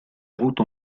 avuto